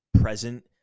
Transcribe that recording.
present